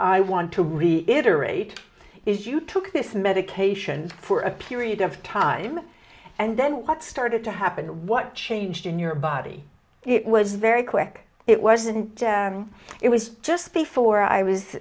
i want to reiterate is you took this medication for a period of time and then it started to happen what changed in your body it was very quick it wasn't it was just before i was